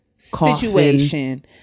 situation